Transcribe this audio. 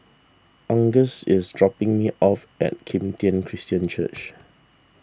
Angus is dropping me off at Kim Tian Christian Church